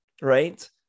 Right